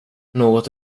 något